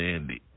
Andy